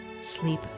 Sleep